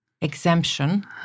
exemption